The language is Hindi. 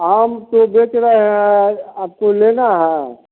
आम तो बेच रहे हैं आपको लेना है